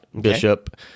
bishop